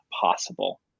possible